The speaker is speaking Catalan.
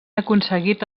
aconseguit